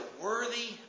worthy